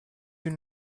you